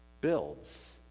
builds